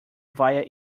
via